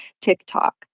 TikTok